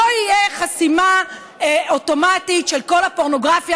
לא תהיה חסימה אוטומטית של כל הפורנוגרפיה